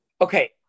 okay